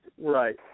Right